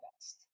best